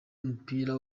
w’umupira